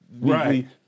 Right